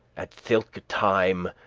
at thilke time,